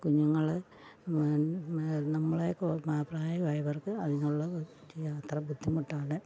കുഞ്ഞുങ്ങള് നമ്മളെ പ്രായമായവര്ക്ക് അതിനുള്ള ഒരു യാത്ര ബുദ്ധിമുട്ടാണ്